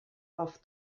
auf